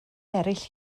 eraill